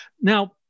Now